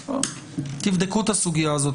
תבדקו את הסוגייה.